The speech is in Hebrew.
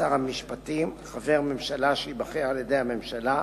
שר המשפטים, חבר ממשלה שייבחר על-ידי הממשלה,